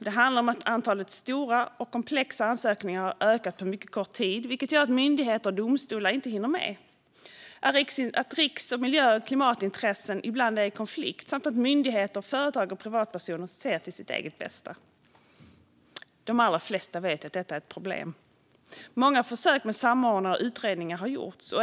Det handlar om att antalet stora och komplexa ansökningar har ökat på mycket kort tid, vilket gör att myndigheter och domstolar inte hinner med, att riksintressen och miljö och klimatintressen ibland är i konflikt samt att myndigheter, företag och privatpersoner ser till sitt eget bästa. De allra flesta vet att detta är ett problem. Många försök med samordnare och utredningar har gjorts.